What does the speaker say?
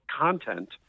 content